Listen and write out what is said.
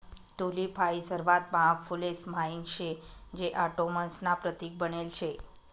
tulip हाई सर्वात महाग फुलेस म्हाईन शे जे ऑटोमन्स ना प्रतीक बनेल शे